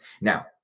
Now